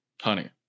Honey